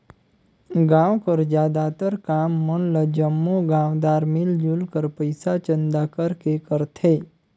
गाँव कर जादातर काम मन ल जम्मो गाँवदार मिलजुल कर पइसा चंदा करके करथे